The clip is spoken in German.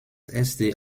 erste